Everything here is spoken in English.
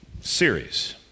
series